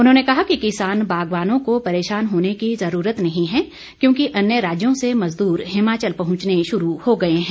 उन्होंने कहा कि किसान बागवानों को परेशान होने की जरूरत नही है क्योंकि अन्य राज्यों से मजदूर हिमाचल पहुंचने शुरू हो गए हैं